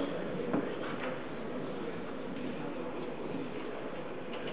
תודה, חברי